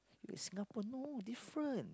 look at Singapore no different